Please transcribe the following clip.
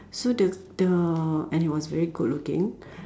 so the the and he was very good looking